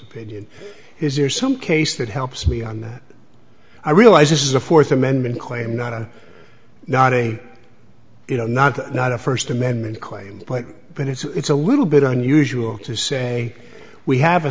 opinion is there some case that helps me on that i realize this is a fourth amendment claim not a not a you know not not a first amendment claim but it's a little bit unusual to say we have a